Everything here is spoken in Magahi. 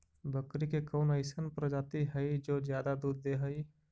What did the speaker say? बकरी के कौन अइसन प्रजाति हई जो ज्यादा दूध दे हई?